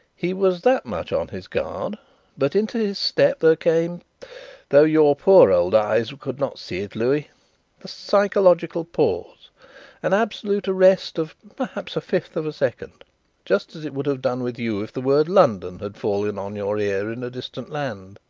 he was that much on his guard but into his step there came though your poor old eyes could not see it, louis the psychological pause an absolute arrest of perhaps a fifth of a second just as it would have done with you if the word london had fallen on your ear in a distant land.